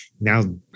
now